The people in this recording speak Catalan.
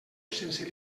sense